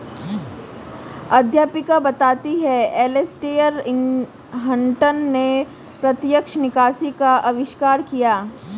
अध्यापिका बताती हैं एलेसटेयर हटंन ने प्रत्यक्ष निकासी का अविष्कार किया